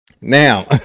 Now